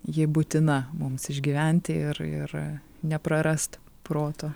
ji būtina mums išgyventi ir ir neprarast proto